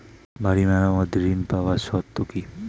বাড়ি মেরামত ঋন পাবার শর্ত কি?